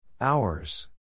Hours